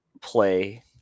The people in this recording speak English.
play